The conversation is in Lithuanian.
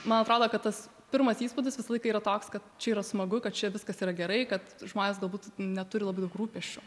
man atrodo kad tas pirmas įspūdis visą laiką yra toks kad čia yra smagu kad čia viskas yra gerai kad žmonės galbūt neturi labai daug rūpesčių